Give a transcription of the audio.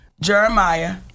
Jeremiah